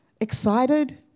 excited